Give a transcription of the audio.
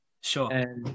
Sure